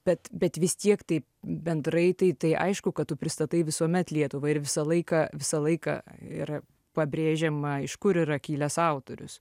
bet bet vis tiek tai bendrai tai tai aišku kad tu pristatai visuomet lietuvą ir visą laiką visą laiką ir pabrėžiama iš kur yra kilęs autorius